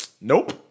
Nope